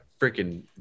freaking